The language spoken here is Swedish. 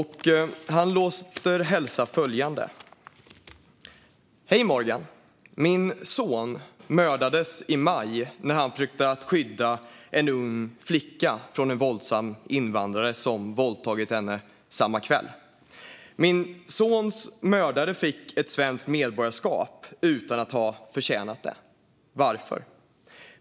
Han låter hälsa följande: "Hej Morgan, min son mördades i maj när han försökte skydda en ung flicka från en våldsam sudanes som våldtagit henne samma kväll. Min sons mördare fick ett svenskt medborgarskap utan att ha förtjänat det, varför?